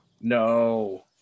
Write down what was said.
No